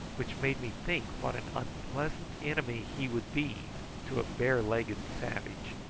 which made me think what an unpleasant enemy he would be to a bare-legged savage.